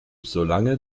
solange